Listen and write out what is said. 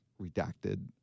redacted